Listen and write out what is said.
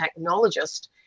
technologist